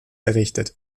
errichtet